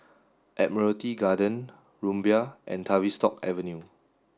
Admiralty Garden Rumbia and Tavistock Avenue